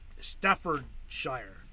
Staffordshire